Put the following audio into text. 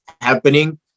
happening